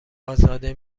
ازاده